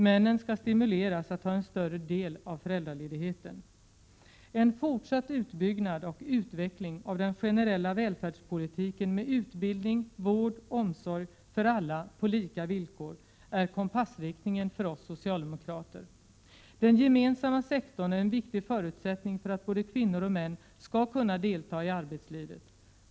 Männen skall stimuleras att ta en större del av föräldraledigheten. En fortsatt utbyggnad och utveckling av den generella välfärdspolitiken — med utbildning, vård och omsorg för alla på lika villkor — är kompassriktningen för oss socialdemokrater. Den gemensamma sektorn är en viktig förutsättning för att både kvinnor och män skall kunna delta i arbetslivet.